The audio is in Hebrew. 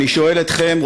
אני שואל אתכם,